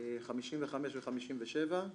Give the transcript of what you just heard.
55 ו-57.